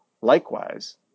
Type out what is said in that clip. Likewise